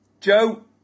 Joe